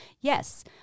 Yes